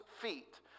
feet